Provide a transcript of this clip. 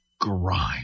grime